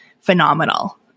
phenomenal